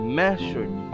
measured